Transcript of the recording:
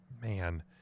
man